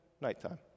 nighttime